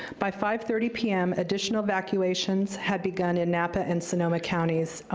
by five thirty pm, additional evacuations had begun in napa and sonoma counties,